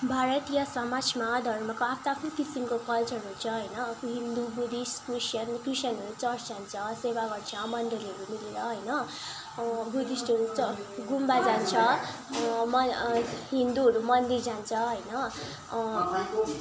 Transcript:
भारतीय समाजमा धर्मको आफ्नो आफ्नो किसिमको कल्चरहरू छ होइन हिन्दू बुद्धिस्ट क्रिस्चियन क्रिस्चियनहरू चर्च जान्छ सेवा गर्छ मन्डलहरू मिलेर होइन हो बुद्धिस्टहरू चाहिँ गुम्बा जान्छ म हिन्दूहरू मन्दिर जान्छ होइन